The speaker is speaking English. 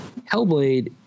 Hellblade